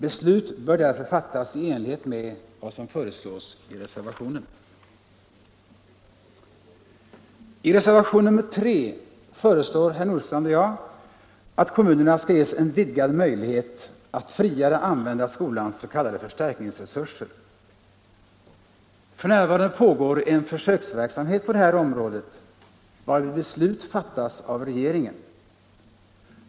Beslut bör därför fattas i enlighet med vad som föreslås i reservationen. I reservationen nr 3 föreslår herr Nordstrandh och jag att kommunerna skall ges en vidgad möjlighet att friare använda skolans s.k. förstärkningsresurser. F. n. pågår en försöksverksamhet på det här området, varvid beslut fattas av regeringen.